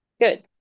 good